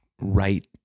right